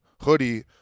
hoodie